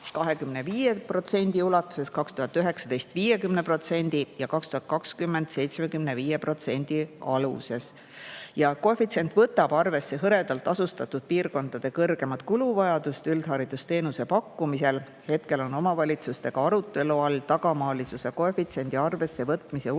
25% ulatuses, 2019. aastal 50% ja 2020. aastal 75% ulatuses. Koefitsient võtab arvesse hõredalt asustatud piirkondade kõrgemat kuluvajadust üldharidusteenuse pakkumisel. Hetkel on omavalitsustega arutelu all tagamaalisuse koefitsiendi arvesse võtmise ulatuse